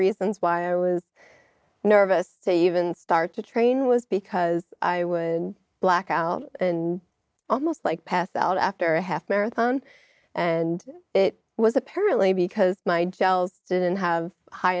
reasons why i was nervous they even start to train was because i would black out and almost like passed out after a half marathon and it was apparently because my gels didn't have high